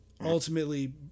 ultimately